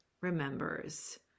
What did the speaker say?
remembers